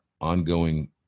ongoing